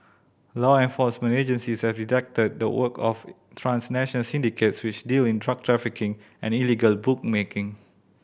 law enforcement agencies have detected the work of syndicates which deal in drug trafficking and illegal bookmaking